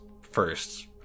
first